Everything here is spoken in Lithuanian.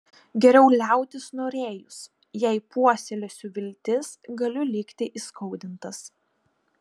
geriau liautis norėjus jei puoselėsiu viltis galiu likti įskaudintas